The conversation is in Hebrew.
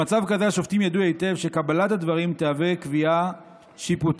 במצב שכזה השופטים ידעו היטב שקבלת הדברים תהווה קביעה שיפוטית